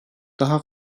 daha